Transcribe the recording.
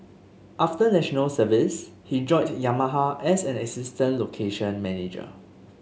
after National Service he joined Yamaha as an assistant location manager